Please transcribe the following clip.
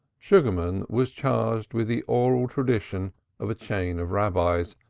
sugarman was charged with the oral traditions of a chain of rabbis,